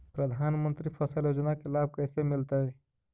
प्रधानमंत्री फसल योजना के लाभ कैसे मिलतै?